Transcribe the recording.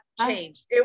changed